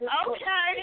okay